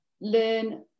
learn